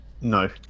No